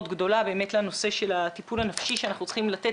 באמת לנושא של הטיפול הנפשי שאנחנו צריכים לתת